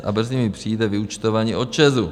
A brzy mi přijde vyúčtování od ČEZu.